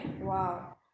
wow